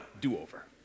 do-over